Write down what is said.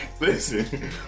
Listen